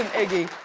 iggy,